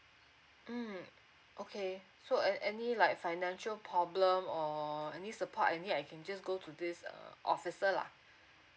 mm okay so uh any like financial problem or any support I need I can just go to this uh officer lah